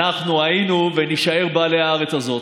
אנחנו היינו ונישאר בעלי הארץ הזאת.